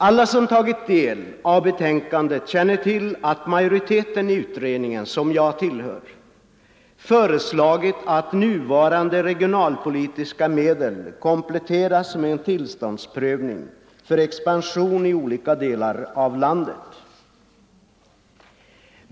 Alla som tagit del av betänkandet känner till att majoriteten i utredningen — som jag tillhör — föreslagit att nuvarande regionalpolitiska medel kompletteras med en tillståndsprövning för expansion i olika delar av landet.